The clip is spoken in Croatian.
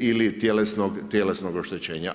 ili tjelesnog oštećenja.